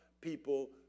people